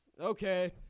okay